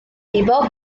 bebop